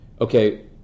okay